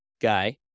guy